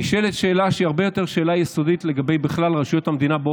נשאלת שאלה שהיא שאלה הרבה יותר יסודית לגבי רשויות המדינה בכלל,